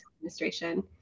administration